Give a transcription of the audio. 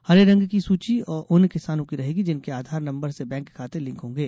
हरे रंग की सूची उन किसानों की रहेगी जिनके आधार नंबर से बैंक खाते लिंक होंगे